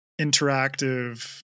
interactive